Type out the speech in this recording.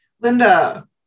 Linda